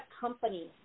company